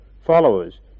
Followers